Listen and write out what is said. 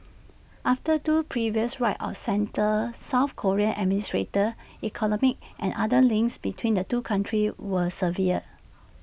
after two previous right of centre south Korean administrated economic and other links between the two countries were severed